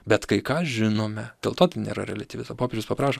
bet kai ką žinome dėl to ten yra reliatyvi popiežius paprašo